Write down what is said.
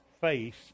face